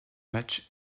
matchs